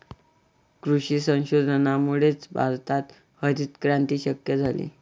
कृषी संशोधनामुळेच भारतात हरितक्रांती शक्य झाली